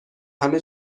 همه